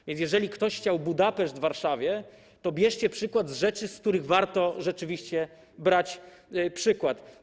A więc jeżeli ktoś chciał Budapeszt w Warszawie, to niech bierze przykład z rzeczy, z których warto rzeczywiście brać przykład.